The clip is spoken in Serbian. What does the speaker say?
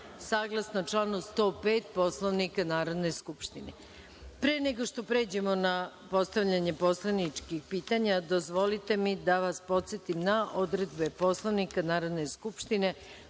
saglasno članu 105. Poslovnika Narodne skupštine. Pre nego što pređemo na postavljanje poslaničkih pitanja dozvolite mi da vas podsetim na odredbe Poslovnika Narodne skupštine